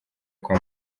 kwa